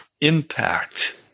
impact